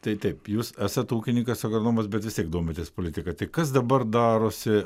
tai taip jūs esat ūkininkas agronomas bet vis tiek domitės politika tai kas dabar darosi